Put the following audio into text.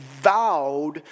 vowed